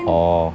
orh